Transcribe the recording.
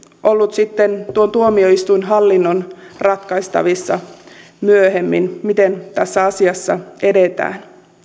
ollut sitten tuon tuomioistuinhallinnon ratkaistavissa myöhemmin miten tässä asiassa edetään